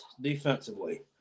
defensively